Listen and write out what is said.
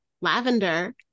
Lavender